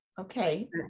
Okay